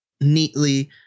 neatly